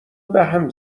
بهم